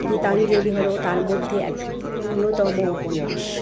গীতাঞ্জলি হলো তার মধ্যে একটি অন্যতম উপন্যাস